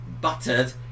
buttered